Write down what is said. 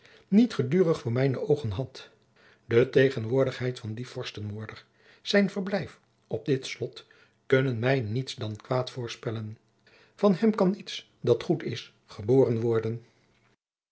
niet gedurig voor mijne oogen had de tegenwoordigheid van dien vorstenmoorder zijn verblijf op dit slot kunnen mij niets dan kwaad voorspellen van hem kan niets dat goed is geboren worden